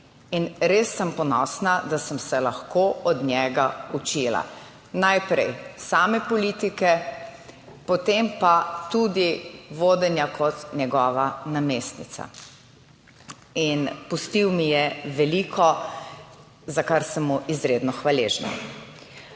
In res sem ponosna, da sem se lahko od njega učila. Najprej same politike, potem pa tudi vodenja kot njegova namestnica. In pustil mi je veliko za kar sem mu izredno hvaležna.